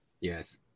Yes